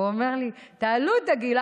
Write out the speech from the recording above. והוא אומר לי: תעלו את הגיל,